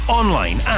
online